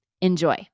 Enjoy